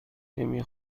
نمی